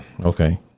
Okay